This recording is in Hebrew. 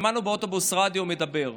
שמענו באוטובוס רדיו מדבר,